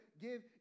give